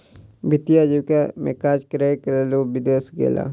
वित्तीय आजीविका में काज करैक लेल ओ विदेश गेला